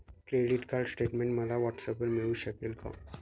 Credit card statement मला व्हॉट्सऍपवर मिळू शकेल का?